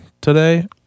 today